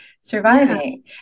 surviving